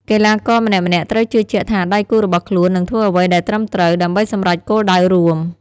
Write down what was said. កីឡាករម្នាក់ៗត្រូវជឿជាក់ថាដៃគូរបស់ខ្លួននឹងធ្វើអ្វីដែលត្រឹមត្រូវ ដើម្បីសម្រេចគោលដៅរួម។